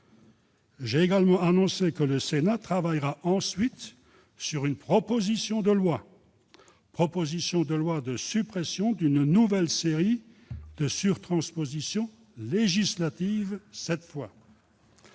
J'ai également annoncé que le Sénat travaillera ensuite sur une proposition de loi de suppression d'une nouvelle série de surtranspositions, législatives cette fois.